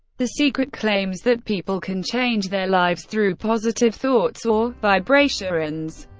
the secret claims that people can change their lives through positive thoughts or vibrations,